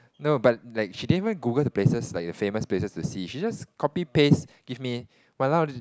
no but like she didn't even Google the places like the famous places to see she just copy paste give me !walao! ju~